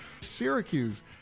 Syracuse